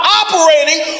operating